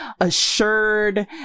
assured